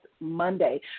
Monday